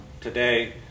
today